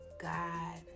God